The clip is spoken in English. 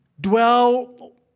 dwell